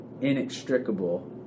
inextricable